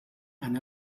han